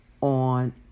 on